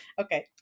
Okay